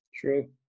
True